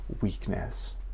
weakness